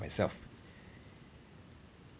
myself